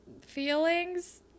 feelings